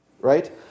Right